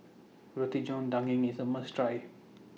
Roti John Daging IS A must Try